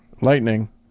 lightning